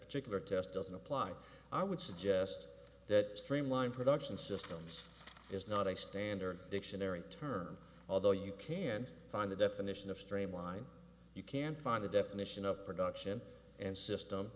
ir test doesn't apply i would suggest that streamline production systems is not a standard dictionary term although you can't find a definition of streamline you can find a definition of production and system